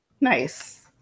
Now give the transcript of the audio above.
Nice